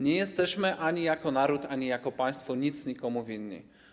Nie jesteśmy ani jako naród, ani jako państwo nic nikomu winni.